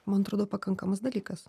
man atrodo pakankamas dalykas